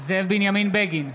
זאב בנימין בגין,